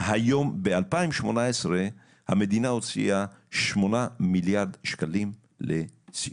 ב- 2018 המדינה הוציאה 8 מיליארד שקלים לסיעוד,